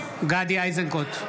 איזנקוט,